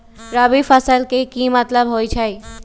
रबी फसल के की मतलब होई छई?